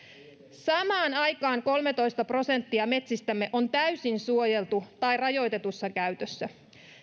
samaan aikaan kolmetoista prosenttia metsistämme on täysin suojeltu tai rajoitetussa käytössä